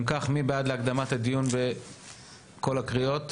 מי בעד הקדמת הדיון בכל הקריאות?